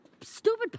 stupid